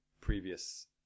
previous